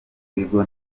ibigo